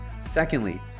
Secondly